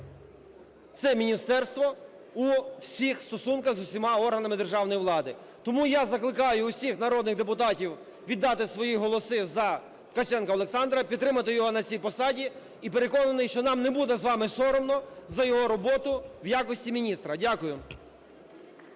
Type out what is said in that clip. це міністерство у всіх стосунках з усіма органами державної влади. Тому я закликаю усіх народних депутатів віддати свої голоси за Ткаченка Олександра, підтримати його на цій посаді. І переконаний, що нам не буде з вами соромно за його роботу в якості міністра. Дякую.